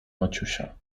maciusia